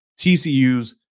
TCU's